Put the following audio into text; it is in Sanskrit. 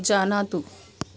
जानातु